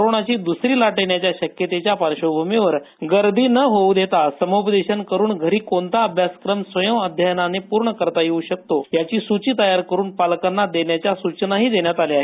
कोरोनाची दुसरी लाट येण्याच्या शक्यतेच्या पार्श्वभूमीवर गर्दी न होऊ देता समुपदेशन करून घरी कोणता अभ्यासक्रम स्वयंअध्ययनाने पूर्ण करता येऊ शकतो याची सूची तयार करून पालकांना देण्याच्या सूचनाही देण्यात आल्या आहेत